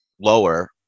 lower